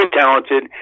talented